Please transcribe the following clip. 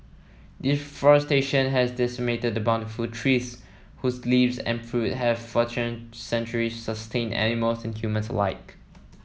deforestation has decimated the bountiful tree whose leaves and fruit have centuries sustained animals and humans alike